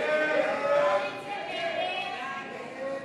ההסתייגויות לסעיף 38, תמיכות בענפי